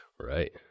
Right